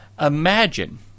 Imagine